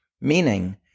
meaning